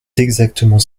exactement